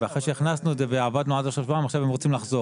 ואחרי שהכנסנו את זה ועבדנו על זה עכשיו הם רוצים לחזור.